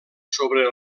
sobre